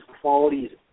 qualities